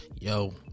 Yo